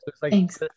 Thanks